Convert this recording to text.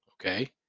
okay